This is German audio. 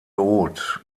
haut